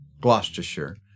Gloucestershire